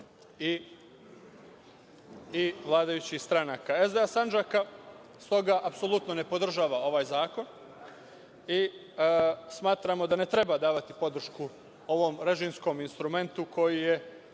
i vladajućih stranaka. Stoga, SDA Sandžaka apsolutno ne podržava ovaj zakon i smatramo da ne treba davati podršku ovom režimskom instrumentu koji je